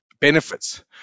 benefits